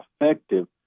effective